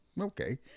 Okay